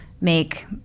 make